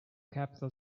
capital